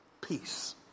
peace